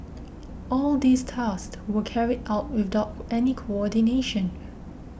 all these tasks were carried out without any coordination